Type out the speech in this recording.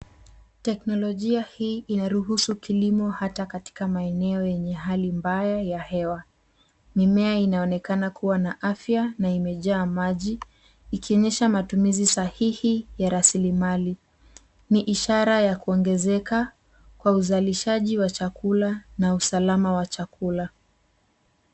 Teknolojia hii inaruhusu kilimo hata katika maeneo yenye hali mbaya ya hewa. Mimea inaonekana kuwa na afya na imejaa maji, ikionyesha matumizi sahihi ya rasilimali. Ni ishara ya kuongezeka kwa uzalishaji wa chakula na usalama wa chakula.